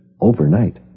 Overnight